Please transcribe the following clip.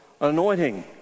anointing